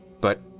But